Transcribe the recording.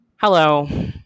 Hello